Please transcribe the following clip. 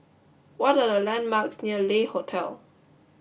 what are the landmarks near Le Hotel